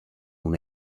una